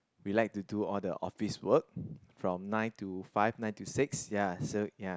relax to do all the office work from nine to five nine to six ya so ya